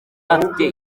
afite